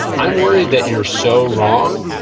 i'm worried that you're so wrong,